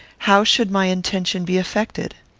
how should my intention be effected?